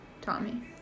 Tommy